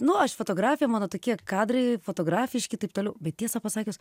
nu aš fotografė mano tokie kadrai fotografiški taip toliau bet tiesą pasakius